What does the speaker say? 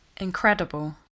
Incredible